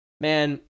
Man